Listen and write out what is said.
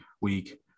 week